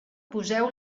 poseu